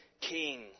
king